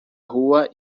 rua